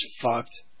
fucked